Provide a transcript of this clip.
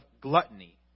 gluttony